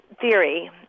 theory